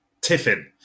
tiffin